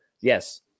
yes